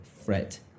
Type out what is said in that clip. fret